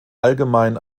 allgemein